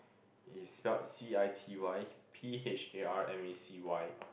is spelt C_I_T_Y P_H_A_R_M_A_C_Y